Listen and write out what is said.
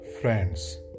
friends